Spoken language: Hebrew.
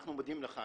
אנחנו מודים לך,